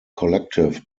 collective